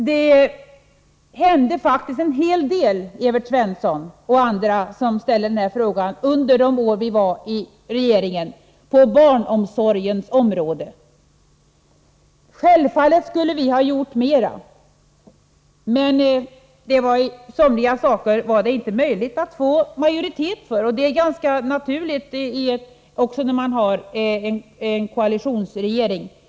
Det hände faktiskt en hel del, Evert Svensson och andra som har ställt denna fråga, på barnomsorgens område under de år som vi satt i regeringen. Självfallet skulle vi ha gjort mer, men somliga saker var det inte möjligt att få majoritet för. Det är naturligt i en koalitionsregering.